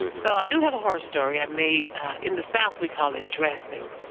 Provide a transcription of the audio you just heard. so i do have a horror story. i made in the south, we call it dressing.